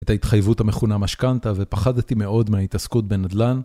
את ההתחייבות המכונה משכנתא ופחדתי מאוד מההתעסקות בנדל"ן